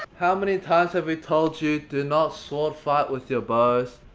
how many times have we told you, do not sword-fight with your bows.